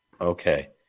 okay